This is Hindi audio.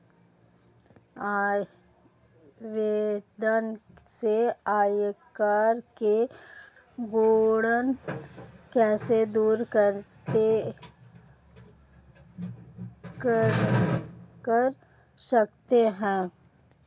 वेतन से आयकर की गणना कैसे दूर कर सकते है?